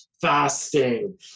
fasting